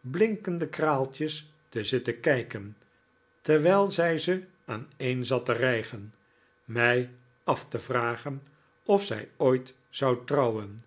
blinkende kraaltjes te zitten kijken terwijl zij ze aaneen zat te rijgen mij af te vragen of zij ooit zou trouwen